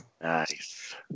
Nice